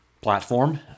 platform